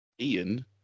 Ian